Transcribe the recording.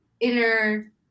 inner